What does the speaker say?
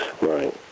Right